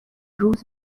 روز